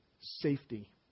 safety